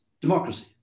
democracy